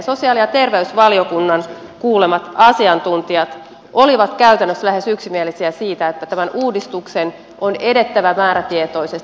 sosiaali ja terveysvaliokunnan kuulemat asiantuntijat olivat käytännössä lähes yksimielisiä siitä että tämän uudistuksen on edettävä määrätietoisesti